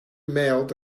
mailed